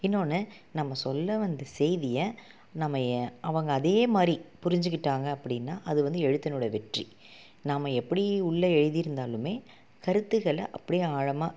இன்னொன்னு நம்ம சொல்ல வந்த செய்தியை நம்ம அவங்க அதேமாதிரி புரிஞ்சுக்கிட்டாங்க அப்படின்னா அது வந்து எழுத்தினோட வெற்றி நாம் எப்படி உள்ளே எழுதியிருந்தாலுமே கருத்துகளை அப்டியே ஆழமாக